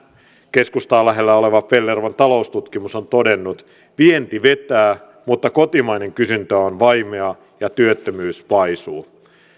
keskustaa lähellä oleva pellervon taloustutkimus on todennut vienti vetää mutta kotimainen kysyntä on vaimeaa ja työttömyys paisuu